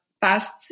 past